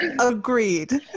Agreed